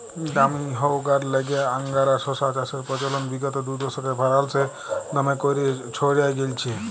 দামি হউয়ার ল্যাইগে আংগারা শশা চাষের পচলল বিগত দুদশকে ফারাল্সে দমে ক্যইরে ছইড়ায় গেঁইলছে